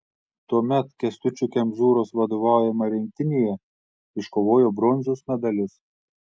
tuomet kęstučio kemzūros vadovaujama rinktinėje iškovojo bronzos medalius